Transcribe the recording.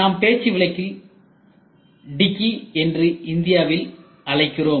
நாம் பேச்சு வழக்கில் டிக்கி என்று இந்தியாவில் அழைக்கிறோம்